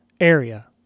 area